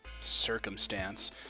circumstance